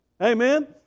Amen